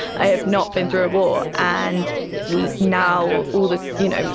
i have not been through a war. and now all that, you know,